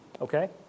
Okay